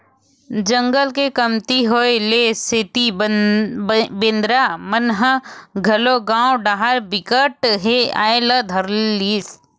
जंगल के कमती होए के सेती बेंदरा मन ह घलोक गाँव डाहर बिकट के आये ल धर लिस